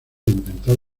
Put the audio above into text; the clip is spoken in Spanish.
intentar